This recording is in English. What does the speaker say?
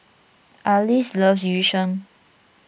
Arlis loves Yu Sheng